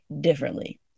differently